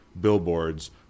billboards